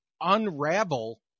unravel